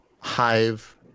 hive